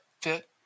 fit